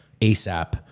ASAP